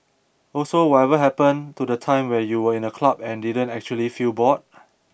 also whatever happened to the time when you were in a club and didn't actually feel bored